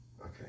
Okay